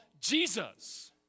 Jesus